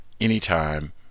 anytime